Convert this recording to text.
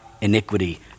iniquity